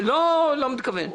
לא, לא מתכוון.